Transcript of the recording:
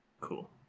cool